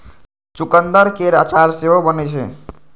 चुकंदर केर अचार सेहो बनै छै